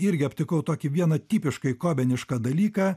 irgi aptikau tokį vieną tipiškai kobenišką dalyką